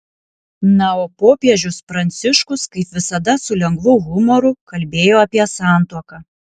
na o popiežius pranciškus kaip visada su lengvu humoru kalbėjo apie santuoką